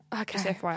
Okay